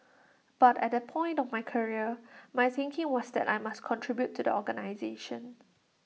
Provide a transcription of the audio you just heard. but at that point of my career my thinking was that I must contribute to the organisation